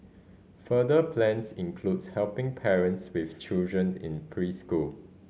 further plans includes helping parents with children in preschool